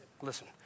Listen